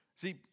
See